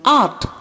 art